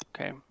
Okay